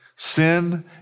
Sin